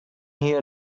here